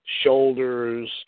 shoulders